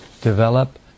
develop